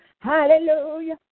Hallelujah